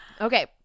Okay